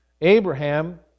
Abraham